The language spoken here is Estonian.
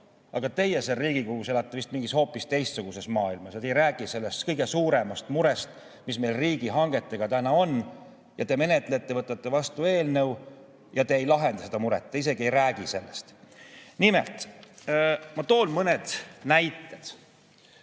aga teie seal Riigikogus elate vist mingis hoopis teistsuguses maailmas ja ei räägi sellest kõige suuremast murest, mis meil riigihangetega täna on. Te menetlete eelnõu, võtate selle vastu, aga te ei lahenda seda muret, te isegi ei räägi sellest. Ma toon mõned näited.